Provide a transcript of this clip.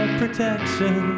protection